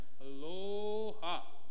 aloha